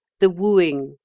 the wooing,